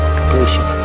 Completion